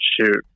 shoot